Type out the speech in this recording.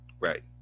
Right